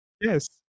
Yes